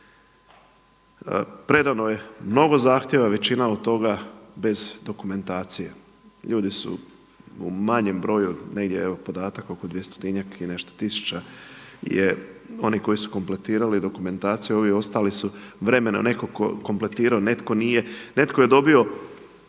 Predano je mnogo zahtjeva, većina od toga bez dokumentacije. Ljudi su u manjem broju, negdje evo podatak oko dvjestotinjak i nešto tisuća je oni koji su kompletirali dokumentaciju, ovi ostali su vremena netko kompletirao nije, netko je dobio